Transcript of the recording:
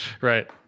Right